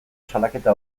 salaketa